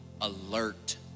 alert